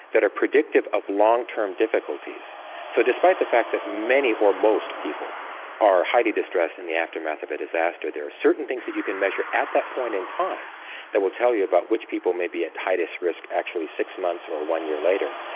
that are predictive of long term difficulties so despite the fact that many or most people are highly distressed in the aftermath of a disaster, there are certain things that you can measure at that point in time that will tell you about which people may be at highest risk actually at six months or one year later.